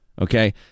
okay